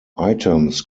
items